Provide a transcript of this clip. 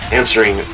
answering